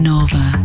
Nova